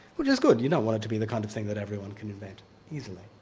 which is good you don't want it to be the kind of thing that everyone can invent easily.